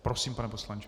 Prosím, pane poslanče.